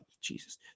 Jesus